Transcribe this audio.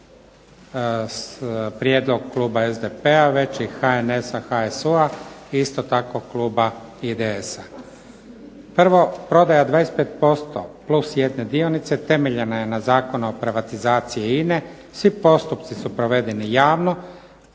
prijedlog kluba SDP-a već i HNS-HSU-a, isto tako kluba IDS-a. 1., prodaja 25%+1 dionice temeljena je na Zakonu o privatizaciji INA-e. Svi postupci su provedeni javno,